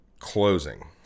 closing